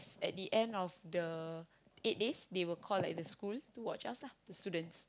at the end of the eight days they will call like the school to watch us lah the students